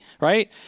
right